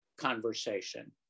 conversation